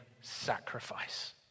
sacrifice